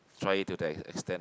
try it to that that extent